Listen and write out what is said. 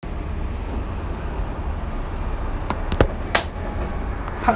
part